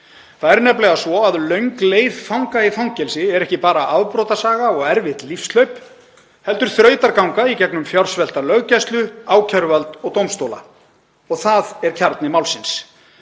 Það er nefnilega svo að löng leið fanga í fangelsi er ekki bara afbrotasaga og erfitt lífshlaup heldur þrautaganga í gegnum fjársvelta löggæslu, ákæruvald og dómstóla. Það er kjarni málsins.